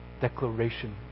declaration